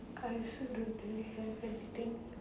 I also don't really have anything